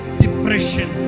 depression